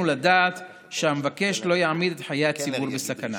לדעת שהמבקש לא יעמיד את חיי הציבור בסכנה.